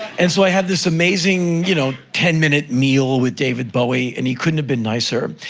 and so, i had this amazing, you know, ten minute meal with david bowie, and he couldn't have been nicer.